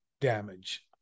damage